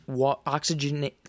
oxygen